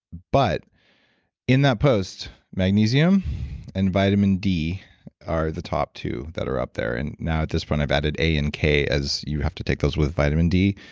but in that post, magnesium and vitamin d are the top two that are up there. and now at this point, i've added a and k as you have to take those with vitamin d.